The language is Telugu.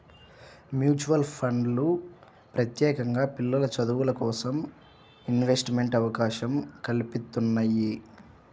మ్యూచువల్ ఫండ్లు ప్రత్యేకంగా పిల్లల చదువులకోసం ఇన్వెస్ట్మెంట్ అవకాశం కల్పిత్తున్నయ్యి